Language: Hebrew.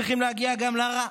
אנחנו צריכים להגיע גם לרע.